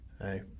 hey